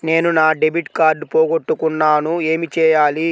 నేను నా debit card పోగొట్టుకున్నాను ఏమి చేయాలి?